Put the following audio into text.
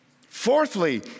Fourthly